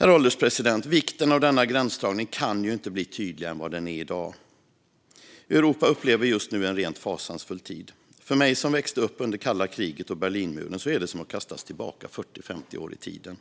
Herr ålderspresident! Vikten av denna gränsdragning kan inte bli tydligare än den är i dag. Europa upplever just nu en rent fasansfull tid. För mig som växte upp med kalla kriget och Berlinmuren är det som att kastas tillbaka 40-50 år i tiden.